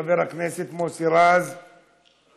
חבר הכנסת מוסי רז, מוותר,